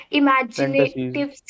imaginative